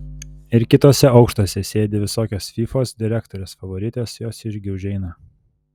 ir kituose aukštuose sėdi visokios fyfos direktorės favoritės jos irgi užeina